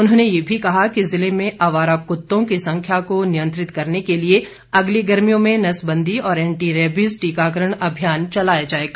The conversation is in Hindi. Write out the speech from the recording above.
उन्होंने ये भी कहा कि जिले में आवारा कृत्तों की संख्या को नियंत्रित करने के लिए अगली गर्मियों में नसबंदी और एंटी रेबीज टीकाकरण अभियान चलाया जाएगा